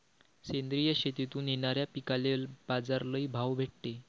सेंद्रिय शेतीतून येनाऱ्या पिकांले बाजार लई भाव भेटते